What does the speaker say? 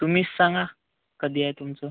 तुम्हीच सांगा कधी आहे तुमचं